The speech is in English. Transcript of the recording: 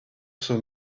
saw